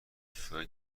fbi